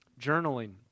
Journaling